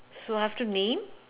so I have to name